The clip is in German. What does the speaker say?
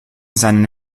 seinen